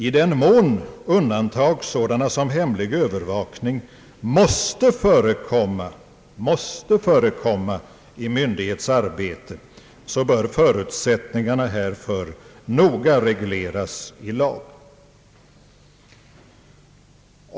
I den mån undantag sådana som hemlig övervakning måste förekomma i myndighets arbete bör förutsättningarna härför noga regleras i lag — så långt justitieministern.